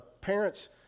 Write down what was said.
Parents